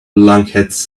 lunkheads